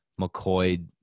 McCoy